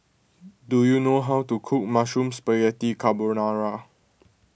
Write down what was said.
do you know how to cook Mushroom Spaghetti Carbonara